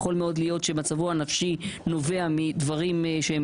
יכול מאוד להיות שמצבו הנפשי נובע מדברים שהם